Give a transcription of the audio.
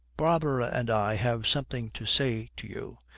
barbara and i have something to say to you.